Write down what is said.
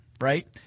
right